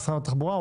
למשרד התחבורה?